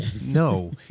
No